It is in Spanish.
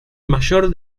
mayor